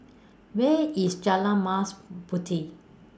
Where IS Jalan Mas Puteh